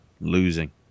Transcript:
losing